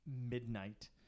midnight